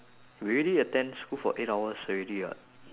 we already attend school for eight hours already what